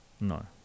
No